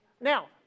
Now